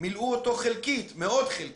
מילאו אותו חלקית, מאוד חלקית.